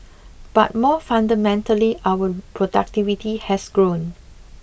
but more fundamentally our productivity has grown